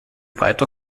weiter